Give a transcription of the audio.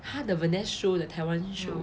ha the vane~ show the taiwan show